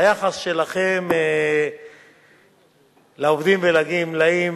היחס שלכם לעובדים ולגמלאים